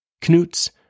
Knut's